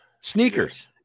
sneakers